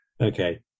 Okay